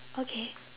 okay